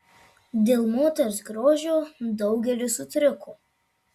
dėl moters grožio daugelis sutriko